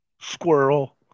squirrel